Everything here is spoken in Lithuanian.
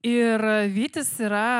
ir vytis yra